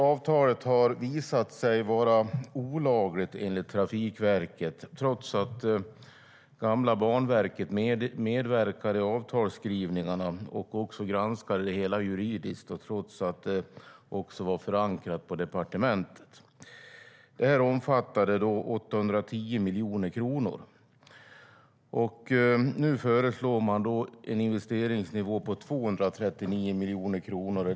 Avtalet har visat sig vara olagligt, enligt Trafikverket, trots att gamla Banverket medverkade i avtalsskrivningen och granskade det hela juridiskt och trots att det också var förankrat på departementet. Avtalet omfattade 810 miljoner kronor. Nu presenterar Trafikverket ett förslag om en investeringsnivå på 239 miljoner kronor.